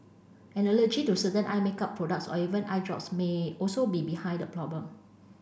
an allergy to certain eye makeup products or even eye drops may also be behind the problem